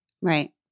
Right